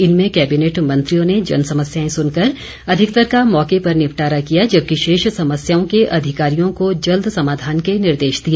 इनमें कैबिनेट मंत्रियों ने जन समस्याए सुनकर अधिकतर का मौके पर निपटारा किया जबकि शेष समस्याओं के अधिकारियों को जल्द समाघान के निर्देश दिए